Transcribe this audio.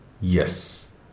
Yes